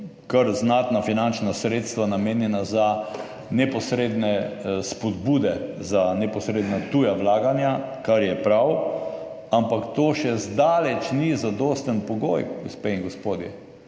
kar znatna finančna sredstva, namenjena za neposredne spodbude za neposredna tuja vlaganja, kar je prav, ampak to še zdaleč ni zadosten pogoj, gospe in gospodje.